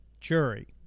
jury